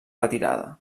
retirada